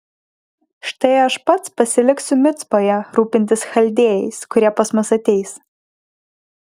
štai aš pats pasiliksiu micpoje rūpintis chaldėjais kurie pas mus ateis